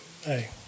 Hey